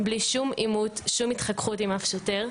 בלי שום עימות, שום התחככות עם אף שוטר.